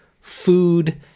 food